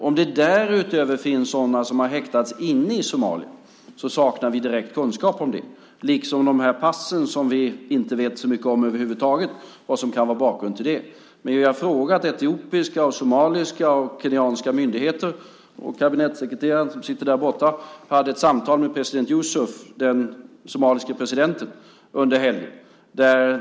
Om det därutöver finns sådana som har häktats inne i Somalia saknar vi kunskap om. De där passen och vad som kan vara bakgrund till det vet vi heller inte så mycket om över huvud taget. Vi har frågat etiopiska, somaliska och kenyanska myndigheter. Kabinettssekreteraren hade ett samtal med den somaliske presidenten Yusuf under helgen.